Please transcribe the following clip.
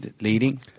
Leading